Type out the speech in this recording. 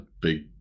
Big